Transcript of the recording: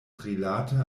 rilate